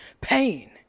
pain